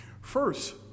First